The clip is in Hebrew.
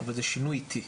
אבל זה שינוי איטי,